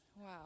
Wow